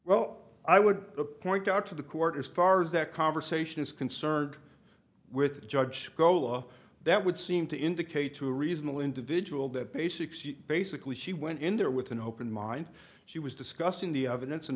well i would point out to the court as far as that conversation is concerned with judge scola that would seem to indicate to a reasonable individual that basics basically she went in there with an open mind she was discussing the evidence and